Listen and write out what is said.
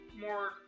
more